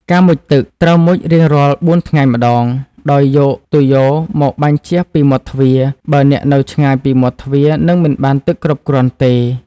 ការមុជទឹកត្រូវមុជរៀងរាល់បួនថ្ងៃម្តង ដោយយកទុយយ៉ូមកបាញ់ជះពីមាត់ទ្វារ បើអ្នកនៅឆ្ងាយពីមាត់ទ្វារនឹងមិនបានទឹកគ្រប់គ្រាន់ទេ។